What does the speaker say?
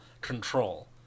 control